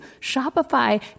Shopify